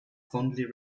fondly